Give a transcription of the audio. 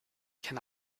can